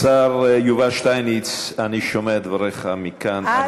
השר יובל שטייניץ, אני שומע את דבריך מכאן.